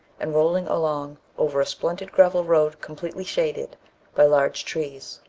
and rolling along over a splendid gravel road completely shaded by large trees,